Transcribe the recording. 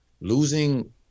losing